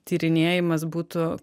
tyrinėjimas būtų